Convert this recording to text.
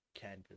canvas